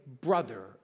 brother